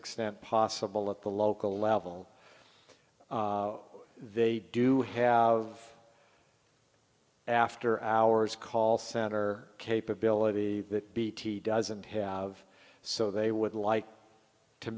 extent possible at the local level they do have after hours call center capability that bt doesn't have so they would like to